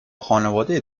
خانواده